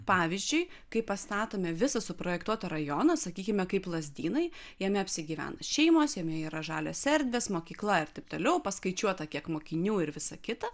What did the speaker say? pavyzdžiui kai pastatome visą suprojektuotą rajoną sakykime kaip lazdynai jame apsigyvena šeimos jame yra žalios erdvės mokykla ir taip toliau paskaičiuota kiek mokinių ir visą kitą